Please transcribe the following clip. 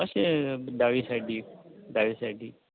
अशें दावें सायडीक दावें सायडीक